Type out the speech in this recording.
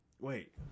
Wait